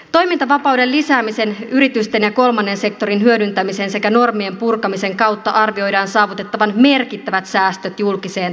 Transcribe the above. toimintavapauden lisäämisen yritysten ja kolmannen sektorin hyödyntämisen sekä normien purkamisen kautta arvioidaan saavutettavan merkittävät säästöt julkiseen talouteen